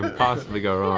but possibly go